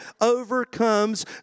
overcomes